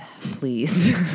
please